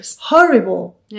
horrible